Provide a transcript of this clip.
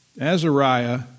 Azariah